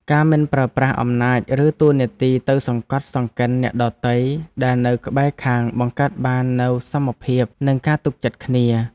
ការមិនប្រើប្រាស់អំណាចឬតួនាទីទៅសង្កត់សង្កិនអ្នកដទៃដែលនៅក្បែរខាងបង្កើតបាននូវសមភាពនិងការទុកចិត្តគ្នា។